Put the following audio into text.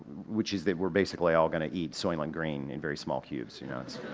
which is that we're basically all gonna eat soylient green in very small cubes, you know.